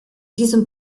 diesem